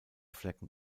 flecken